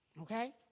okay